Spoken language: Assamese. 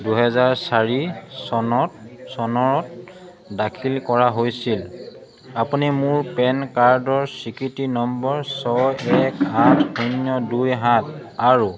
দুহেজাৰ চাৰি চনৰ চনত দাখিল কৰা হৈছিল আপুনি মোৰ পেন কাৰ্ডৰ স্বীকৃতি নম্বৰ ছয় এক আঠ শূন্য দুই সাত আৰু